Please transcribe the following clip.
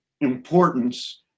importance